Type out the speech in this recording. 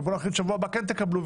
ולהחליט שבשבוע הבא כן תקבלו,